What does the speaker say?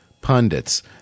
pundits